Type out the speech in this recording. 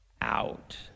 out